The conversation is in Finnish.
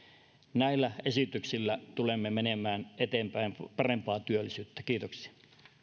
näillä esityksillä tulemme menemään eteenpäin kohti parempaa työllisyyttä kiitoksia